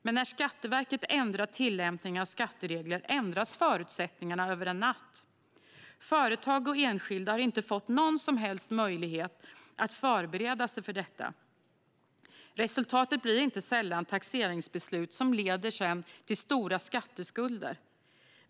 Men när Skatteverket ändrar tillämpningen av skatteregler ändras förutsättningarna över en natt. Företag och enskilda har inte fått någon som helst möjlighet att förbereda sig för detta. Resultatet blir inte sällan taxeringsbeslut som leder till stora skatteskulder.